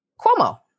Cuomo